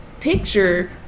picture